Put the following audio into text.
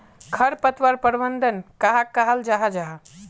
खरपतवार प्रबंधन कहाक कहाल जाहा जाहा?